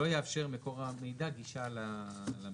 לא יאפשר מקור המידע גישה למידע.